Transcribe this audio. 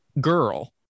girl